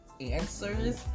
answers